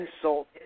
insult